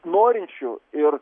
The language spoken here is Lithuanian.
norinčių ir